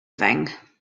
thing